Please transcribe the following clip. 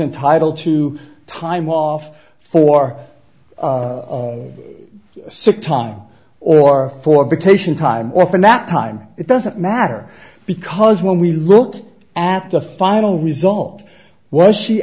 entitled to time off for sick time or for vacation time or from that time it doesn't matter because when we look at the final result was she